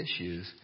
issues